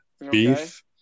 beef